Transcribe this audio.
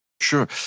Sure